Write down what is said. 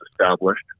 established